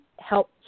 help